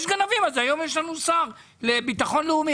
היום יש לנו שר לביטחון לאומי.